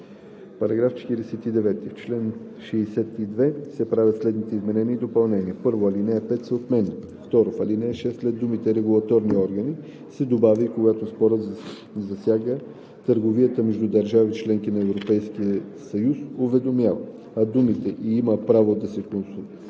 § 49: „§ 49. В чл. 62 се правят следните изменения и допълнения: 1. Алинея 5 се отменя. 2. В ал. 6 след думите „регулаторни органи“ се добавя „а когато спорът засяга търговията между държави – членки на Европейския съюз, уведомява“, а думите „и има право да се консултира